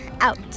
out